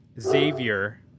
Xavier